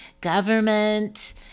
government